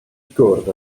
gwrdd